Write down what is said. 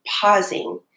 pausing